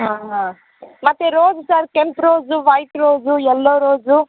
ಹಾಂ ಹಾಂ ಮತ್ತು ರೋಸ್ ಸರ್ ಕೆಂಪು rose white rose yellow rose